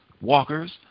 walkers